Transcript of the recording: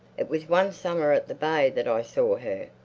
it was one summer at the bay that i saw her.